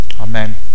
amen